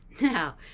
Now